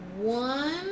one